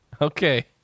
Okay